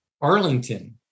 Arlington